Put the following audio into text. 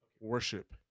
worship